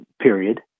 period